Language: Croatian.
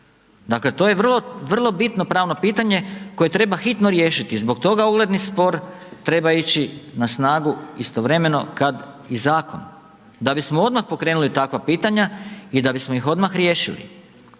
Dakle to je vrlo bitno pravno pitanje koje treba hitno riješiti, zbog toga ogledni spor treba ići na snagu istovremeno kad i zakon, da bismo odmah pokrenuli takva pitanja i da bismo ih odmah riješili.